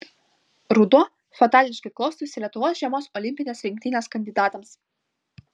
ruduo fatališkai klostosi lietuvos žiemos olimpinės rinktinės kandidatams